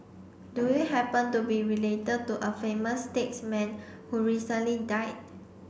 do you happen to be related to a famous statesman who recently died